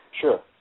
Sure